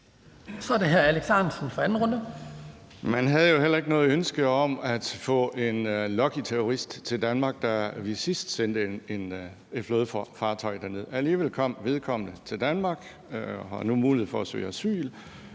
Kl. 09:49 Alex Ahrendtsen (DF): Man havde jo heller ikke noget ønske om at få en Luckyterrorist til Danmark, da vi sidst sendte et flådefartøj derned. Alligevel kom vedkommende til Danmark og har nu mulighed for at søge asyl,